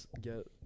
get